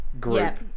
group